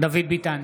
דוד ביטן,